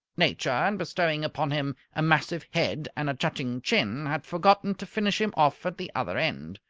nature, in bestowing upon him a massive head and a jutting chin, had forgotten to finish him off at the other end.